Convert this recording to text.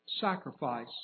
sacrifice